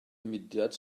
mudiad